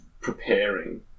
preparing